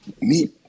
meet